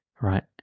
right